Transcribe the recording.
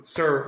Sir